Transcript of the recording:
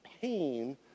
pain